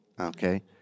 Okay